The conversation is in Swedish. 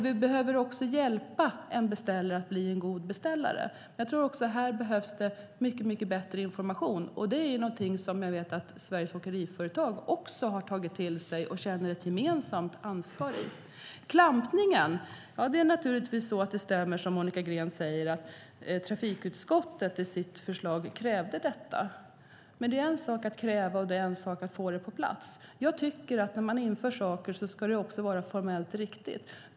Vi behöver också hjälpa beställare att bli goda beställare. Jag tror också att det behövs mycket bättre information här, och det är någonting som jag vet att Sveriges Åkeriföretag också har tagit till sig och tagit ett gemensamt ansvar för. När det gäller klampningen stämmer det, som Monica Green säger, att trafikutskottet i sitt förslag krävde detta. Men det är en sak att kräva, och det är en sak att få något på plats. Jag tycker att när man inför saker ska det också vara formellt riktigt.